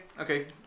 okay